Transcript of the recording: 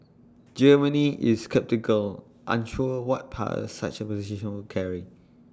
Germany is sceptical unsure what powers such A position would carry